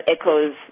echoes